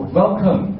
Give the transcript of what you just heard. welcome